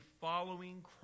following